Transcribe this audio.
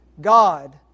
God